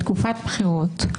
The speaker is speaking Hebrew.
בתקופת בחירות,